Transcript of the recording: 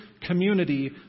community